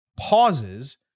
pauses